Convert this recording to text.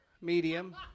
Medium